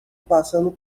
passando